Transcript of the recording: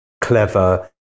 clever